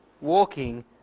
walking